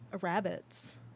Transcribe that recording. rabbits